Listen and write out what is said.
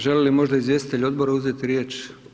Želi li možda izvjestitelj odbora uzeti riječ?